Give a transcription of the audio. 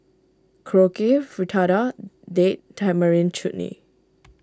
Korokke Fritada Date Tamarind Chutney